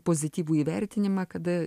pozityvų įvertinimą kada